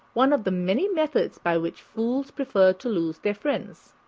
one of the many methods by which fools prefer to lose their friends.